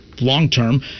long-term